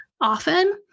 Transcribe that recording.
often